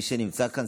מי שנמצא כאן,